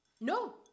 No